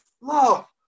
love